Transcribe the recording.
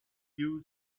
few